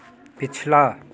पिछला